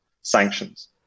sanctions